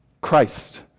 Christ